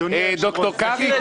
ד"ר קרעי,